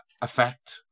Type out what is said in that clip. effect